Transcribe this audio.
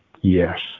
Yes